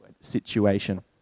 situation